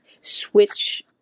switch